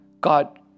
God